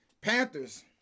Panthers